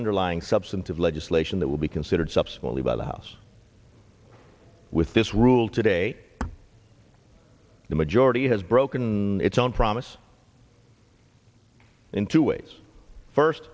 underlying substantive legislation that will be considered subsequently by the house with this rule today the majority has broken its own promise in two ways first